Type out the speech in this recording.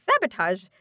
sabotage